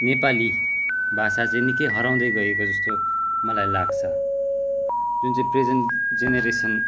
नेपाली भाषा चाहिँ निकै हराउँदै गएको जस्तो मलाई लाग्छ जुन चाहिँ प्रेजेन्ट जेनरेसन